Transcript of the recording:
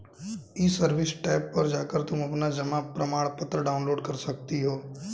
ई service tab पर जाकर तुम अपना जमा प्रमाणपत्र डाउनलोड कर सकती हो